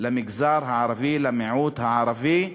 למגזר הערבי, למיעוט הערבי בישראל,